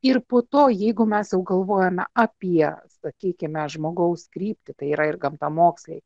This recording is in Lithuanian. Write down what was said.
ir po to jeigu mes jau galvojame apie sakykime žmogaus kryptį tai yra ir gamtamoksliai